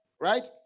right